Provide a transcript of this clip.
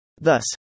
Thus